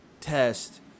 test